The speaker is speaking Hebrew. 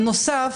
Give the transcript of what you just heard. בנוסף,